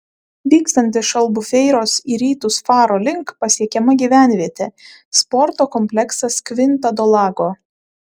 vykstant iš albufeiros į rytus faro link pasiekiama gyvenvietė sporto kompleksas kvinta do lago